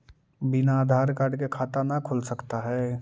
बिना आधार कार्ड के खाता न खुल सकता है?